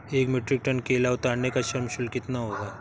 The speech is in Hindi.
एक मीट्रिक टन केला उतारने का श्रम शुल्क कितना होगा?